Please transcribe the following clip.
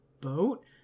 boat